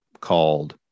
called